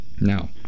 now